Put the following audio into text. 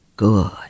Good